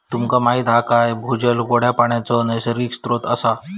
तुमका माहीत हा काय भूजल गोड्या पानाचो नैसर्गिक स्त्रोत असा